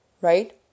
right